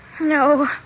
No